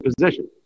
position